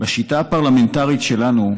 בשיטה הפרלמנטרית שלנו,